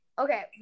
Okay